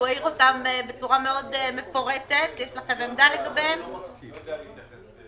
אני לא יודע להתייחס.